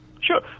Sure